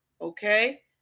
okay